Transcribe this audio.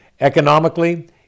Economically